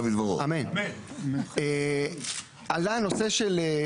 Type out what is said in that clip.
עלה הנושא של,